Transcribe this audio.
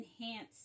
enhance